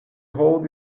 hold